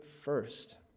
first